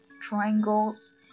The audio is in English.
triangles